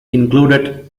included